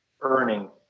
earning